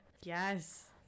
Yes